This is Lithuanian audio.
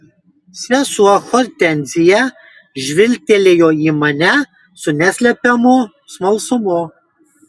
sesuo hortenzija žvilgtelėjo į mane su neslepiamu smalsumu